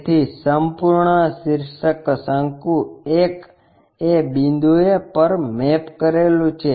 તેથી સંપૂર્ણ શિર્ષક શંકુ 1 એ બિંદુ પર મેપ કરેલું છે